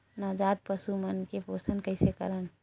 नवजात पशु मन के पोषण कइसे करन?